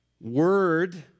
word